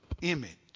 image